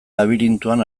labirintoan